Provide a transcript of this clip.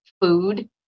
food